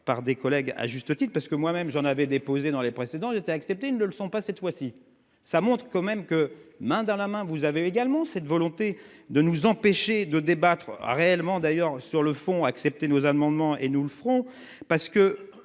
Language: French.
par des collègues à juste titre- parce que moi-même j'en avais déposé dans les précédents était accepté. Ils ne le sont pas cette fois-ci ça monte quand même que, main dans la main. Vous avez également cette volonté de nous empêcher de débattre réellement d'ailleurs sur le fond accepter nos amendements et nous le ferons parce que